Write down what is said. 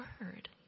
word